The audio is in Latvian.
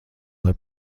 lai